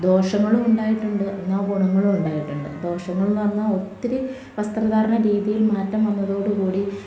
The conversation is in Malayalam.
ദോഷങ്ങളുമുണ്ടായിട്ടുണ്ട് എന്നാല് ഗുണങ്ങളുമുണ്ടായിട്ടുണ്ട് ദോഷങ്ങളെന്ന് പറഞ്ഞാല് ഒത്തിരി വസ്ത്രധാരണ രീതിയിൽ മാറ്റം വന്നതോടുകൂടി